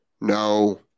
no